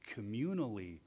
communally